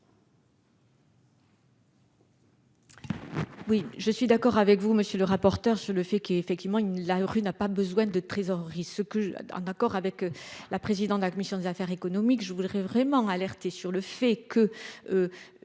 Oui, je suis d'accord avec vous, monsieur le rapporteur sur le fait qu'effectivement, il ne la rue n'a pas besoin de trésorerie, ce que, en accord avec la présidente de la commission des affaires économiques, je voudrais vraiment alerter sur le fait que